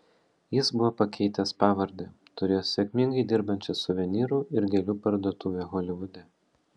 jis buvo pakeitęs pavardę turėjo sėkmingai dirbančią suvenyrų ir gėlių parduotuvę holivude